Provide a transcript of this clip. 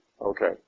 Okay